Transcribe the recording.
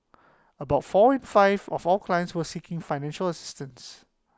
about four in five of all clients were seeking financial assistance